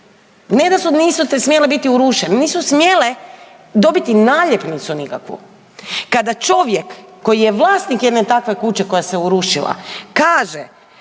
ne da nisu smjele biti urušene, nisu smjele dobiti naljepnicu nikakvu, kada čovjek koji je vlasnik jedne takve kuće koja se urušila kaže,